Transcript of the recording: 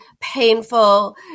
painful